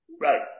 right